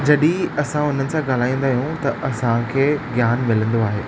जॾहिं असां उन्हनि सां ॻाल्हाईन्दा आहियूं त असांखे ज्ञान मिलिन्दो आहे